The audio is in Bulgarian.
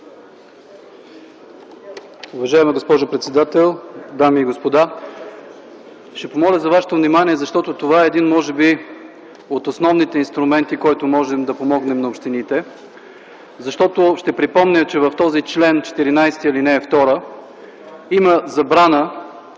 Уважаема госпожо председател, дами и господа! Ще помоля за вашето внимание, защото това е един може би от основните инструменти, с който можем да помогне на общините. Ще припомня, че в този чл. 14, ал. 2 има забрана,